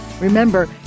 Remember